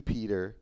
Peter